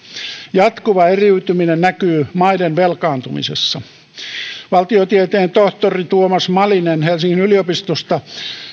jatkuva eriytyminen näkyy maiden velkaantumisessa valtiotieteen tohtori tuomas malinen helsingin yliopistosta